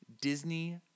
Disney